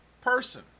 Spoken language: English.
person